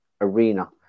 arena